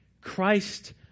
Christ